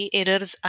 errors